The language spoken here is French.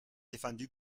défendu